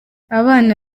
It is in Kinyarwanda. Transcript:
abana